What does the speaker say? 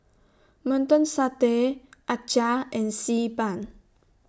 Mutton Satay Acar and Xi Ban